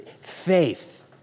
Faith